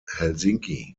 helsinki